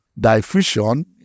diffusion